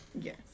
Yes